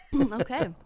Okay